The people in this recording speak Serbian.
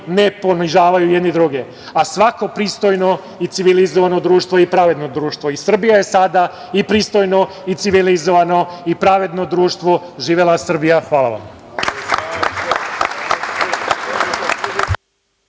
ne ponižavaju jedni druge, a svako pristojno i civilizovano društvo je i pravedno društvo. Srbija je sada i pristojno i civilizovano i pravedno društvo. Živela Srbija! Hvala vam.